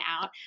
out